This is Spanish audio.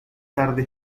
tarde